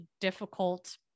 difficult